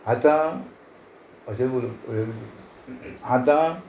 आतां अशें उर उर आतां